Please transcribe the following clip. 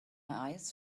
eyes